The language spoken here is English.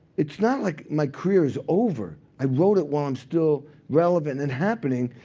it's not like my career is over. i wrote it while i'm still relevant and happening.